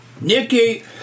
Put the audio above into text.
Nicky